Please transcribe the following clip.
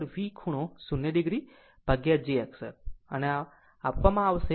IL V ખૂણો 0 jXL આ જ્યારે પણ આ જેવા આપવામાં આવશે ત્યારે આ વસ્તુ છે